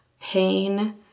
pain